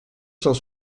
cent